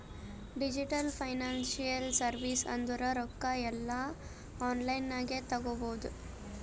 digital financial service ಅಂದುರ್ ರೊಕ್ಕಾ ಎಲ್ಲಾ ಆನ್ಲೈನ್ ನಾಗೆ ತಗೋಬೋದು